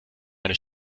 eine